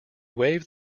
waved